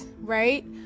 right